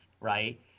right